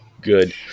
Good